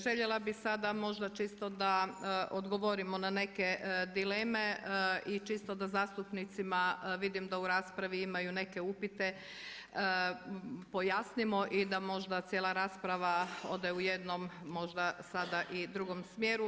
Željela bih sada možda čisto da odgovorimo na neke dileme i čisto da zastupnicima vidim da u raspravi imaju neke upite pojasnimo i da možda cijela rasprava ode u jednom možda sada i drugom smjeru.